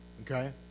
okay